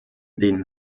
den